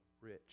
rich